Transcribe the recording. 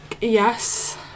yes